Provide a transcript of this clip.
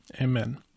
Amen